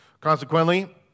Consequently